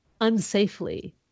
unsafely